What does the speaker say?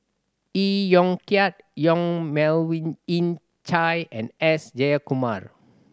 Iee Yong Kiat Yong Melvin Yik Chye and S Jayakumar